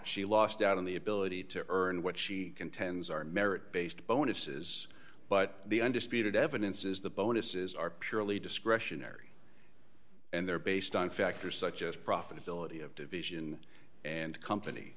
she lost out on the ability to earn what she contends are merit based bonuses but the undisputed evidence is the bonuses are purely discretionary and they're based on factors such as profitability of division and company